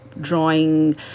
drawing